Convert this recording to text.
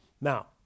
Now